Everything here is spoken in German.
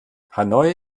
hanoi